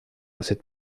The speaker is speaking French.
cette